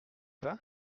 pas